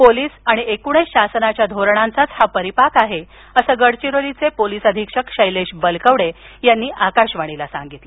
police आणि एकूणच शासनाच्या धोरणांचाच हा परिपाक आहे असं गडचिरोलीचे पोलीस अधीक्षक शैलेश बलकवडे यांनी आकाशवाणीशी बोलताना सांगितलं